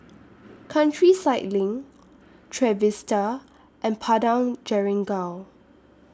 Countryside LINK Trevista and Padang Jeringau